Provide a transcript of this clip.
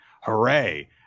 Hooray